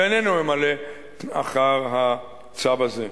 ואיננו ממלא אחר הצו הזה.